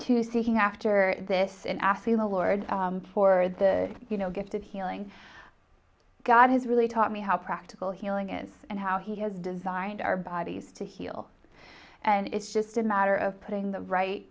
to seeking after this and asking the lord for the you know gift of healing god is really taught me how practical healing is and how he has designed our bodies to heal and it's just a matter of putting the right